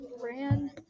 ran